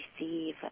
receive